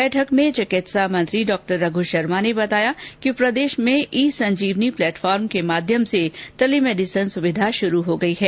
बैठक में चिकित्सा मंत्री डॉ रघु शर्मा ने बताया कि प्रदेश में ई संजीवनी प्लेटफोर्म के माध्यम से टेलीमेडिसिन सुविधा शुरू हो गई है